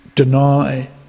Deny